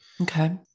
Okay